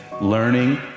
learning